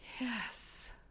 Yes